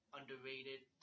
underrated